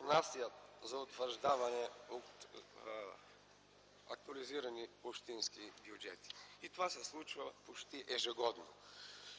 внасят за утвърждаване актуализирани общински бюджети. И това се случва почти ежегодно.